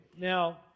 Now